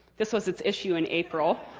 this was its issue in april.